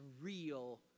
real